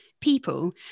people